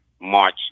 March